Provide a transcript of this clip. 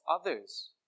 others